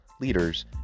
leaders